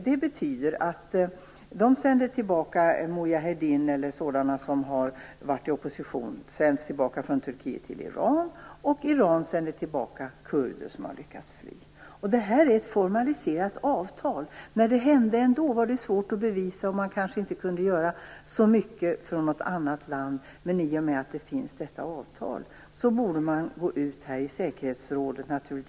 Det betyder att man sänder tillbaka Mujahedin eller sådana som varit i opposition till Iran, och Iran sänder tillbaka kurder som har lyckats fly. Detta är ett formaliserat avtal. När det hände dessförinnan var det svårt att bevisa och man kunde kanske inte göra så mycket från något annat land. Men i och med att detta avtal finns borde det tas upp i säkerhetsrådet.